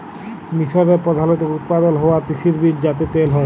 মিসরে প্রধালত উৎপাদল হ্য়ওয়া তিসির বীজ যাতে তেল হ্যয়